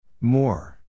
More